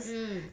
mm